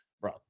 bro